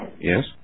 Yes